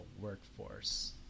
workforce